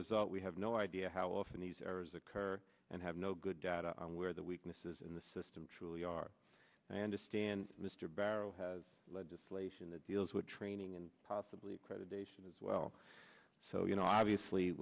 result we have no idea how often these errors occur and have no good data on where the weaknesses in the system truly are and to stand mr barrow has legislation that deals with training and possibly accreditation as well so you know obviously